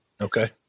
Okay